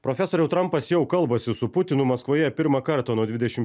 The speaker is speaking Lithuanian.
profesoriau trampas jau kalbasi su putinu maskvoje pirmą kartą nuo dvidešim